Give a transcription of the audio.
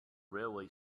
railway